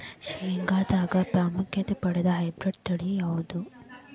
ಶೇಂಗಾದಾಗ ಪ್ರಾಮುಖ್ಯತೆ ಪಡೆದ ಹೈಬ್ರಿಡ್ ತಳಿ ಯಾವುದು?